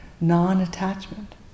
non-attachment